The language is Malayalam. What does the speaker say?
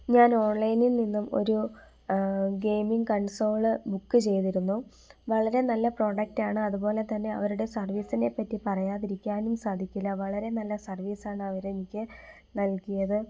ഞാൻ ഓൺലൈനിൽ നിന്നും ഒരു ഗെയിമിംഗ് കൺസോള് ബുക്ക് ചെയ്തിരുന്നു വളരെ നല്ല പ്രോഡക്റ്റാണ് അതുപോലെതന്നെ അവരുടെ സർവീസിനെപ്പറ്റി പറയാതിരിക്കാനും സാധിക്കില്ല വളരെ നല്ല സർവീസാണ് അവരെനിക്ക് നൽകിയത്